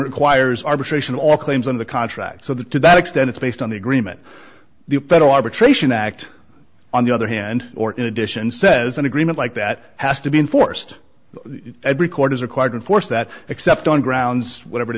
requires arbitration all busy claims on the contract so that to that extent it's based on the agreement the federal arbitration act on the other hand or in addition says an agreement like that has to be enforced every court is required force that except on grounds whatever it